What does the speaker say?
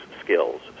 skills